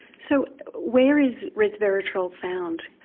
so where is resveretrol found?